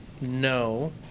No